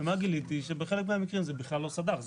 וגיליתי שבחלק מהמקרים זה בכלל לא סד"ח.